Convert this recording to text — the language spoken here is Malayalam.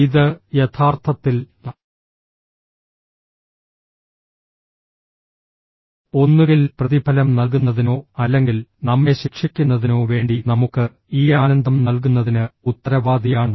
ഇത് യഥാർത്ഥത്തിൽ ഒന്നുകിൽ പ്രതിഫലം നൽകുന്നതിനോ അല്ലെങ്കിൽ നമ്മെ ശിക്ഷിക്കുന്നതിനോ വേണ്ടി നമുക്ക് ഈ ആനന്ദം നൽകുന്നതിന് ഉത്തരവാദിയാണ്